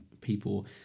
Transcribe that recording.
people